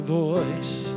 voice